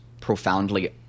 profoundly